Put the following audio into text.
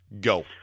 go